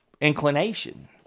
inclination